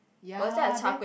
ya then